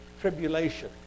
tribulation